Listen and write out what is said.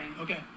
Okay